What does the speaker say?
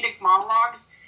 monologues